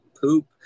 poop